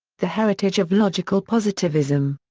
the heritage of logical positivism.